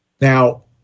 Now